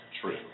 true